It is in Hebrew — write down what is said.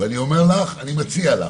שבאות ואומרות שזה מקצוע.